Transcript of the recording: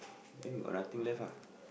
then you got nothing left ah